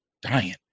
Dying